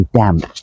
damp